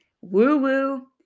woo-woo